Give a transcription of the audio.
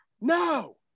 no